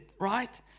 Right